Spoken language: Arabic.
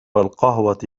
القهوة